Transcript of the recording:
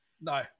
no